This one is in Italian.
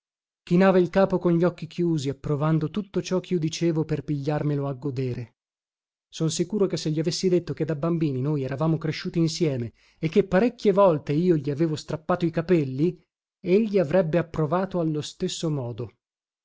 miseria chinava il capo con gli occhi chiusi approvando tutto ciò chio dicevo per pigliarmelo a godere son sicuro che se gli avessi detto che da bambini noi eravamo cresciuti insieme e che parecchie volte io gli avevo strappato i capelli egli avrebbe approvato allo stesso modo